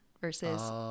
Versus